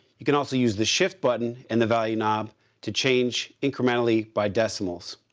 you can also use the shift button and the value knob to change incrementally by decimals.